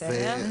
בסדר.